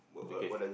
okay